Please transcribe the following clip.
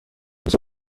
بیست